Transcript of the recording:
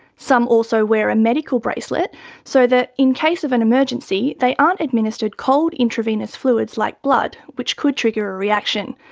some also wear a medical bracelet so that in case of an emergency they aren't administered cold intravenous fluids like blood, which could trigger a reaction.